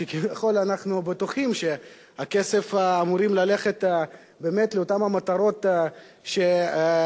כשכביכול אנחנו בטוחים שהכסף אמור ללכת באמת לאותן המטרות שהמשרדים,